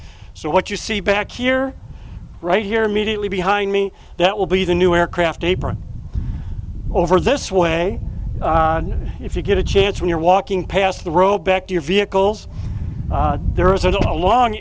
so what you see back here right here immediately behind me that will be the new aircraft apron over this way if you get a chance when you're walking past the row back to your vehicles there is a long